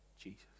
Jesus